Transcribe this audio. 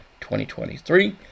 2023